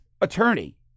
attorney